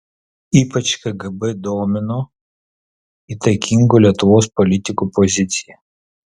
ypač kgb domino įtakingų lietuvos politikų pozicija